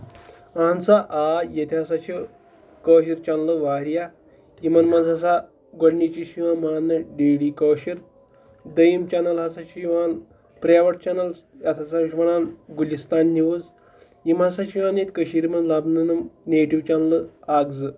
اہن سا آ ییٚتہِ ہَسا چھِ کٲشِر چَنلہٕ واریاہ یِمَن منٛز ہَسا گۄڈنِچی چھِ یِوان ماننہٕ ڈی ڈی کٲشِر دٔیِم چَنل ہَسا چھِ یِوان پرٛیویٹ چَنَل یَتھ ہَسا چھِ وَنان گُلِستان نِوٕز یِم ہَسا چھِ یِوان ییٚتہِ کٔشیٖرِ منٛز لَبنہٕ یِم نیٹِو چَنلہٕ اَکھ زٕ